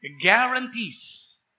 guarantees